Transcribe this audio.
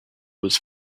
was